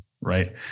right